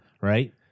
right